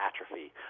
atrophy